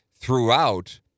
throughout